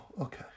okay